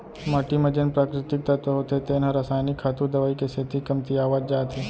माटी म जेन प्राकृतिक तत्व होथे तेन ह रसायनिक खातू, दवई के सेती कमतियावत जात हे